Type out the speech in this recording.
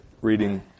reading